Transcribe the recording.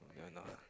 that one ah